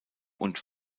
und